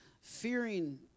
fearing